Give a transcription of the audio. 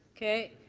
okay.